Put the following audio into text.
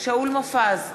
שאול מופז,